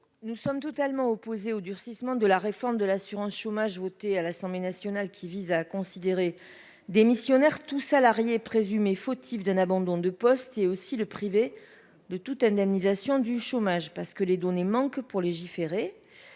Nous sommes totalement opposés au durcissement de la réforme de l'assurance chômage, voté à l'Assemblée nationale qui vise à considérer démissionnaire tout salarié présumé fautif d'un abandon de poste, et aussi le privé de toute indemnisation du chômage, parce que les données manquent pour légiférer,